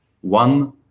one